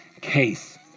case